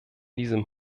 diesem